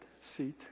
seat